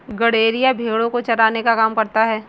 गड़ेरिया भेड़ो को चराने का काम करता है